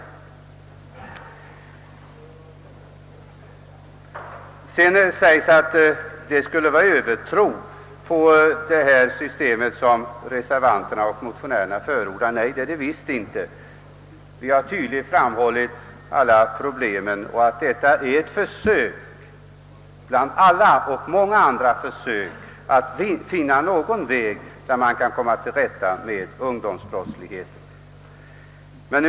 Vidare har det sagts att det system som motionärerna och reservanterna förordar bygger på övertro. Det gör det visst inte. Vi har tydligt framhållit alla problem och sagt att detta är ett försök bland många att finna en väg på vilken man kan komma till rätta med ungdomsbrottsligheten.